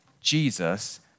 Jesus